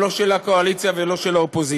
הוא לא של הקואליציה ולא של האופוזיציה.